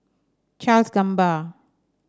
Charles Gamba